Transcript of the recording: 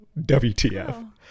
WTF